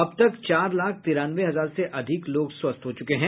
अब तक चार लाख तिरानवे हजार से अधिक लोग स्वस्थ हो चुके हैं